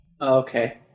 Okay